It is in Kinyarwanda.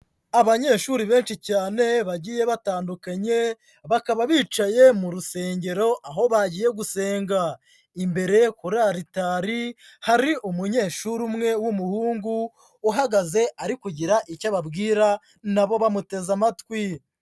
Abanyeshuri benshi cyane bagiye batandukanye, bakaba bicaye mu rusengero aho bagiye gusenga, imbere kuri aritari hari umunyeshuri umwe w'umuhungu uhagaze ari kugira icyo ababwira, na bo bamuteze amatwi.